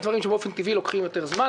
יש דברים שבאופן טבעי לוקחים יותר זמן.